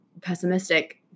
pessimistic